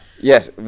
Yes